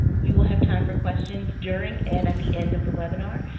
we will have time for questions during and at the end of the webinar.